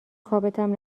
خوابتم